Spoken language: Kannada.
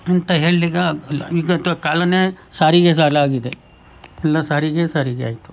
ಅಂತ ಹೇಳ್ಳಿಕ್ಕೆ ಆಗೋಲ್ಲ ಈಗದ್ದು ಕಾಲವೇ ಸಾರಿಗೆ ಸಾಲ ಆಗಿದೆ ಎಲ್ಲ ಸಾರಿಗೆ ಸಾರಿಗೆ ಆಯಿತು